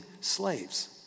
slaves